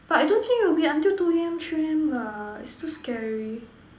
but I don't think it will be until two A_M three A_M lah is too scary